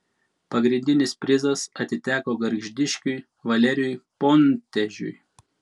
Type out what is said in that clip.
pagrindinis prizas atiteko gargždiškiui valerijui pontežiui